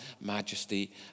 majesty